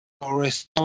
Forest